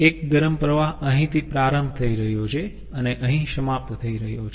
એક ગરમ પ્રવાહ અહીંથી પ્રારંભ થઈ રહ્યો છે અને અહીં સમાપ્ત થઈ રહ્યો છે